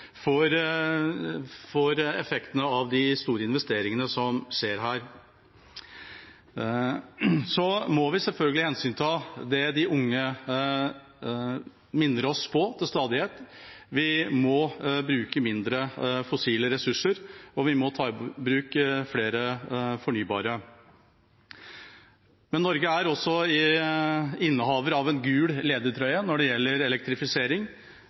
skjer her. Så må vi selvfølgelig hensynta det de unge til stadighet minner oss på: Vi må bruke færre fossile ressurser, og vi må ta i bruk flere fornybare. Men Norge er også innehaver av en gul ledertrøye når det gjelder elektrifisering.